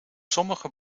sommige